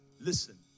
listen